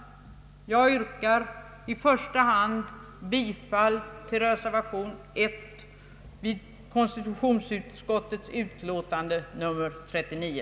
Jag kommer att i första hand yrka bifall till reservation 1 vid konstitutionsutskottets utlåtande nr 39.